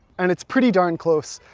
and it's pretty darn close.